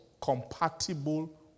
compatible